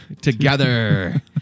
together